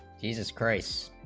jesus christ's